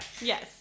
Yes